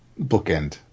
bookend